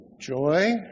joy